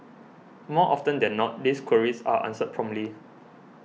more often than not these queries are answered promptly